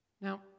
Now